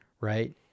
right